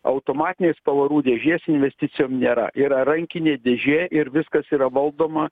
automatinės pavarų dėžės investicijom nėra yra rankinė dėžė ir viskas yra valdoma